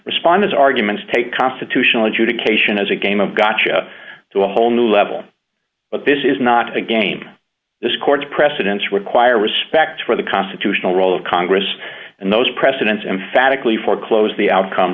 responses arguments take constitutional adjudication as a game of gotcha to a whole new level but this is not a game this court's precedents require respect for the constitutional role of congress and those precedents emphatically foreclose the outcome